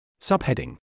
Subheading